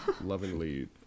lovingly